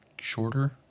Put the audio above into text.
shorter